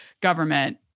government